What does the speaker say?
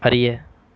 அறிய